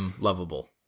lovable